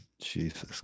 Jesus